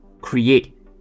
create